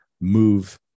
move